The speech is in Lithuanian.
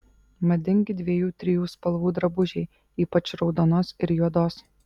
madingi dviejų trijų spalvų drabužiai ypač raudonos ir juodos